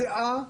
זיעה,